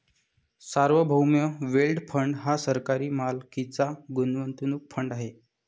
सार्वभौम wealth fund हा सरकारी मालकीचा गुंतवणूक फंड आहे